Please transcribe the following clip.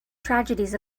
tragedies